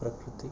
ಪ್ರಕೃತಿ